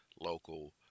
local